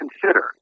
consider